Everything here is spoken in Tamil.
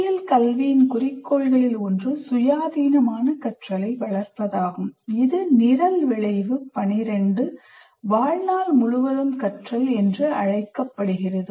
பொறியியல் கல்வியின் குறிக்கோள்களில் ஒன்று சுயாதீனமான கற்றலை வளர்ப்பதாகும் இது நிரல் விளைவு 12 வாழ்நாள் முழுவதும் கற்றல் என அழைக்கப்படுகிறது